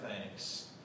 thanks